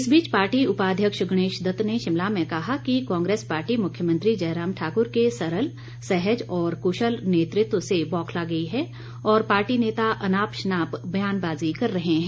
इस बीच पार्टी उपाध्यक्ष गणेश दत्त ने शिमला में कहा कि कांग्रेस पार्टी मुख्यमंत्री जयराम ठाक्र के सरल सहज और क्शल नेतृत्व से बौखला गई है और पार्टी नेता अनाप शनाप बयानबाजी कर रहे हैं